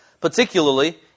particularly